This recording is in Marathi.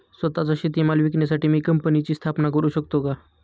स्वत:चा शेतीमाल विकण्यासाठी मी कंपनीची स्थापना करु शकतो का?